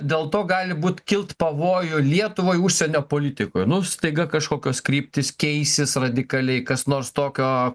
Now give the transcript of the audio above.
dėl to gali būt kilt pavojų lietuvai užsienio politikoj nu staiga kažkokios kryptys keisis radikaliai kas nors tokio